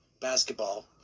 basketball